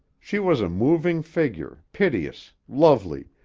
she was a moving figure, piteous, lovely,